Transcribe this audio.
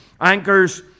Anchors